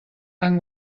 han